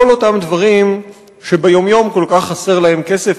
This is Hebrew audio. בכל אותם דברים שביום-יום כל כך חסר להם כסף,